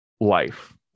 life